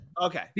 Okay